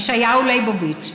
ישעיהו ליבוביץ,